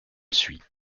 suit